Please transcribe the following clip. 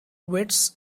wits